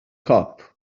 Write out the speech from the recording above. cop